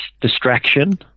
distraction